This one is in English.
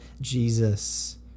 Jesus